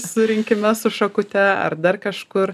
surinkime su šakute ar dar kažkur